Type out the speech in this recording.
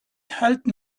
helped